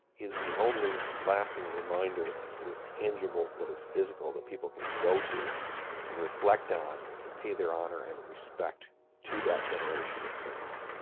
is the only lasting reminder that is tangible, that is physical, that people can go to and reflect on and pay their honor and respect to the generation that served.